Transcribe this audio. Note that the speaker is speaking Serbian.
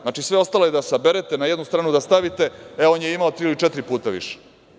Znači, sve ostalo je da saberete, na jednu stranu da stavite, e on je imao tri ili četiri puta više.